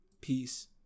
peace